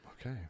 okay